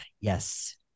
yes